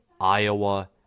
Iowa